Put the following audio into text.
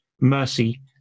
mercy